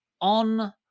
On